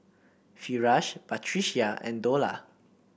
Firash Batrisya and Dollah